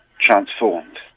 transformed